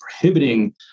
prohibiting